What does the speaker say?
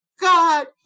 God